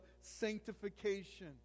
sanctification